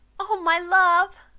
oh, my love,